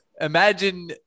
imagine